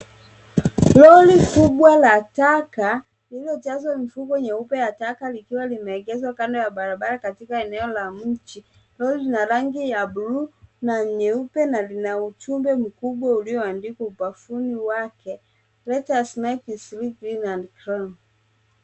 Lori kubwa la taka lililojazwa mifuko nyeupe ya taka likiwa limeegeshwa kando ya barabara katika eneo la mji. Lori lina rangi ya bluu na nyeupe na lina ujumbe mkubwa ulioandikwa umbavuni wake "Let Us Make Eastleigh Clean and Green."